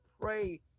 pray